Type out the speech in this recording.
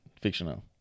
Fictional